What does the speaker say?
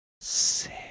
Sick